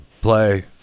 Play